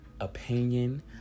opinion